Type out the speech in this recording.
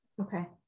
Okay